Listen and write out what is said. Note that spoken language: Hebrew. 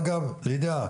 אגב לידיעה,